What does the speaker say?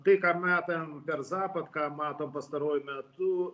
tai ką matėm per zapad ką matom pastaruoju metu